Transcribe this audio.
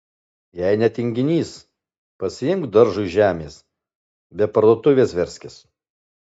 jei ne tinginys pasiimk daržui žemės be parduotuvės verskis